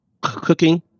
cooking